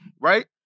Right